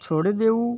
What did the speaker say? છોડી દેવું